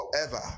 forever